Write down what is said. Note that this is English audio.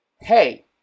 hey